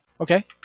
Okay